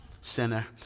sinner